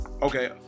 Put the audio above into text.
Okay